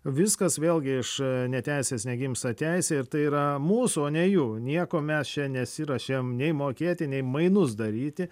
viskas vėlgi iš neteisės negimsta teisė ir tai yra mūsų o ne jų nieko mes čia nesiruošėm nei mokėti nei mainus daryti